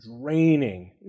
draining